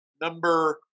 number